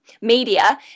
media